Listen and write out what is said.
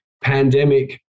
pandemic